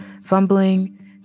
fumbling